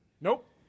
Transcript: Nope